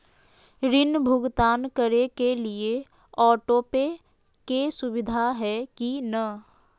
ऋण भुगतान करे के लिए ऑटोपे के सुविधा है की न?